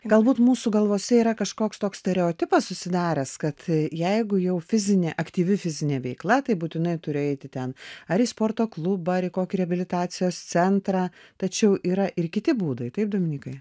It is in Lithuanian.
galbūt mūsų galvose yra kažkoks toks stereotipas susidaręs kad jeigu jau fizinė aktyvi fizinė veikla tai būtinai turi eiti ten ar į sporto klubą ar į kokį reabilitacijos centrą tačiau yra ir kiti būdai taip dominykai